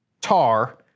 Tar